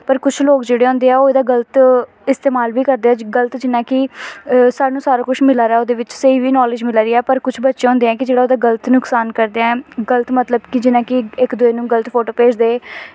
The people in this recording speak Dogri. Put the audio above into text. पर कुछ लोग जेह्ड़े होंदे न ओह्दा गल्त इस्तेमाल बी करदे न गल्त जि'यां कि सानूं सारा कुछ मिला दा ऐ ओह्दे बिच्च स्हेई बी नॉलेज़ मिला दी ऐ पर कुछ बच्चे होंदे ऐ कि जेह्ड़े ओह्दा गल्त नुकसान करदे न गल्त मतलब कि जि'यां इक दुए गी गल्त फोटो भेजदे